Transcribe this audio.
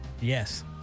Yes